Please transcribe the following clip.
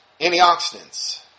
Antioxidants